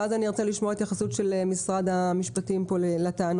ואז אני ארצה לשמוע התייחסות של משרד המשפטים לטענות.